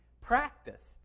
practiced